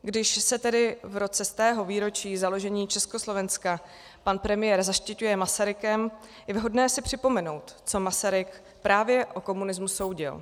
Když se tedy v roce 100. výročí založení Československa pan premiér zaštiťuje Masarykem, je vhodné si připomenout, co Masaryk právě o komunismu soudil.